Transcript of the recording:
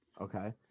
Okay